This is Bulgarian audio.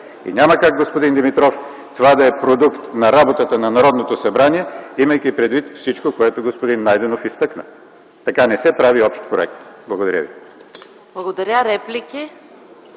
И няма как, господин Димитров, това да е продукт на работата на Народното събрание, имайки предвид всичко, което господин Найденов изтъкна. Така не се прави общ проект. Благодаря ви.